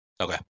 Okay